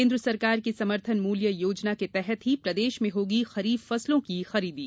केन्द्र सरकार की समर्थन मूल्य योजना के तहत ही प्रदेश में होगी खरीफ फसलों की खरीदी